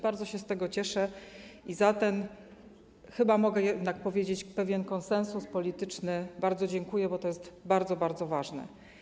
Bardzo się z tego cieszę i za ten - chyba jednak mogę powiedzieć - konsensus polityczny bardzo dziękuję, bo to jest bardzo, bardzo ważne.